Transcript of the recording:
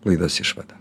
laidos išvada